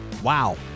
Wow